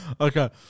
Okay